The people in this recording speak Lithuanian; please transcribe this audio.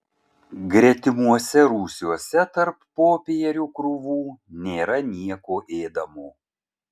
gretimuose rūsiuose tarp popierių krūvų nėra nieko ėdamo